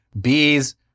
bees